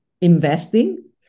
investing